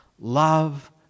Love